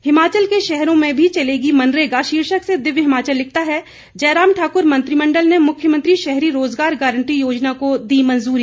हिमाचल के शहरों में भी चलेगी मनरेगा शीर्षक से दिव्य हिमाचल लिखता है जयराम ठाकुर मंत्रिमंडल ने मुख्यमंत्री शहरी रोजगार गारंटी योजना को दी मंजूरी